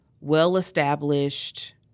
well-established